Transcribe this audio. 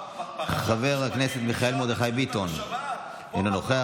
חבר הכנסת מיכאל מרדכי ביטון, אינו נוכח.